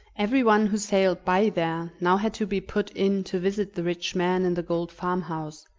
everyone who sailed by there now had to be put in to visit the rich man in the gold farmhouse,